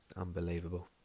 Unbelievable